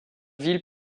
villes